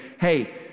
hey